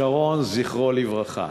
שרון, זכרו לברכה.